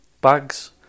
bags